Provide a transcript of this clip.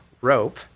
rope